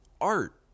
art